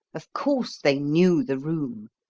of course they knew the room.